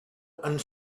and